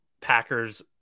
Packers